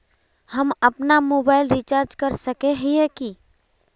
हम अपना mobile recharge कर सकय हिये की?